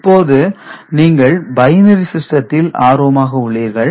இப்போது நீங்கள் பைனரி சிஸ்டத்தில் ஆர்வமாக உள்ளீர்கள்